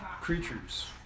creatures